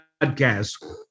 Podcast